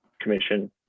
Commission